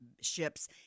ships